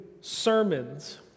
sermons